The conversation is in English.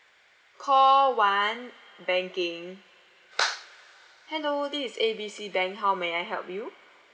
call one banking hello this is A B C bank how may I help you